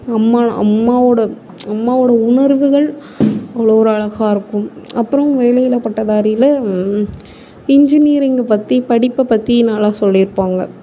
அம்மா அம்மாவோடய அம்மாவோடய உணர்வுகள் அவ்வளோ ஒரு அழகாக இருக்கும் அப்புறம் வேலையில்லா பட்டதாரியில் இன்ஜினியரிங்கை பற்றி படிப்பை பற்றி நல்லா சொல்லியிருப்பாங்க